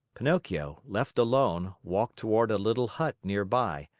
pinocchio, left alone, walked toward a little hut near by,